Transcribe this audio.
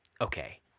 okay